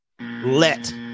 let